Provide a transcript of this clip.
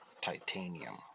Titanium